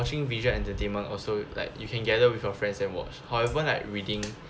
visual entertainment also like you can gather with your friends and watch however like reading